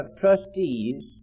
Trustees